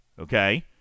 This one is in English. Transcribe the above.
Okay